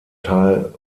teil